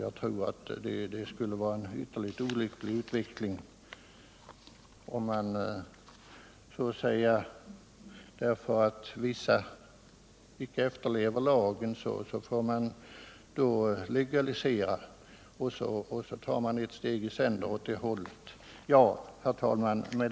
Jag tror det skulle vara en ytterligt olycklig utveckling om man legaliserar därför att vissa inte efterlever lagen, och så tar ewt steg i sänder åt det hållet. Herr talman!